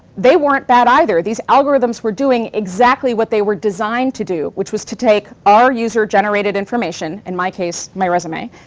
they weren't bad either. these algorithms were doing exactly what they were designed to do, which was to take our user-generated information, in my case, my resume,